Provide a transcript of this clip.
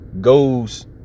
goes